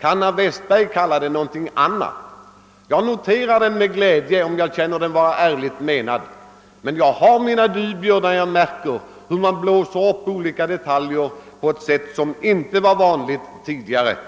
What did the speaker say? Kan herr Westberg kalla det någonting annat? Jag noterar denna omsvängning med glädje, om den är ärligt menad. Men jag har mina dubier när jag märker hur man blåser upp olika detaljer på elt sätt som tidigare inte varit vanligt.